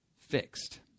fixed